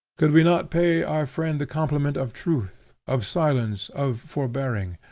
could we not pay our friend the compliment of truth, of silence, of forbearing?